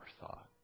thought